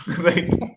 Right